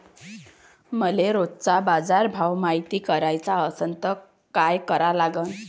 मले रोजचा बाजारभव मायती कराचा असन त काय करा लागन?